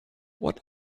what